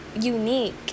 unique